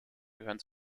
gehören